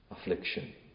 affliction